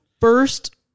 first